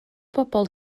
bobol